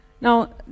Now